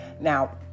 Now